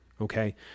Okay